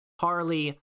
harley